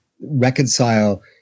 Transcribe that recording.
reconcile